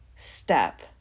step